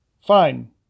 fine